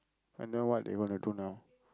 and then what they going to do now